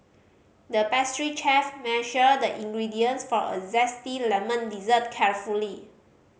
the pastry chef measured the ingredients for a zesty lemon dessert carefully